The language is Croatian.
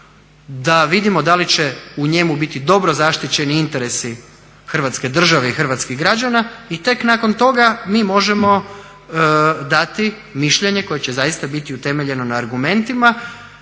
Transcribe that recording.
da vidimo da li će u njemu biti dobro zaštićeni interesi hrvatske države i hrvatskih građana i tek nakon toga mi možemo dati mišljenje koje će zaista biti utemeljeno na argumentima.